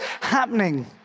happening